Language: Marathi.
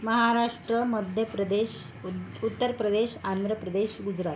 महाराष्ट्र मध्य प्रदेश उद् उत्तर प्रदेश आंध्र प्रदेश गुजरात